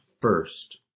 first